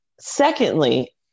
Secondly